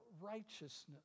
righteousness